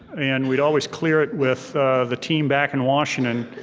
and we'd always clear it with the team back in washington,